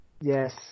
Yes